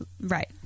Right